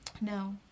No